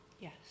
Yes